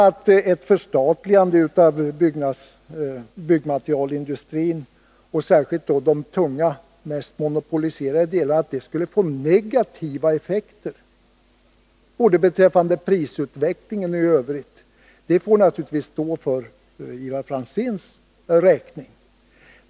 Att ett förstatligande av byggmaterialindustrin, särskilt den tunga, mest monopoliserade delen, skulle kunna ge negativa effekter både beträffande prisutvecklingen och i övrigt får naturligtvis stå för Ivar Franzéns räkning.